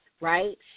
right